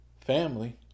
Family